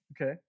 Okay